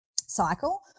cycle